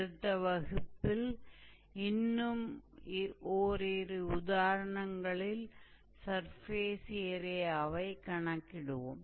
அடுத்த வகுப்பில் இன்னும் ஒரிரு உதாரணங்களில் சர்ஃபேஸ் ஏரியாவை கணக்கிடுவோம்